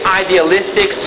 idealistic